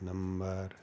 number